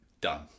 done